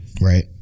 Right